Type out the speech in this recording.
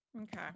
Okay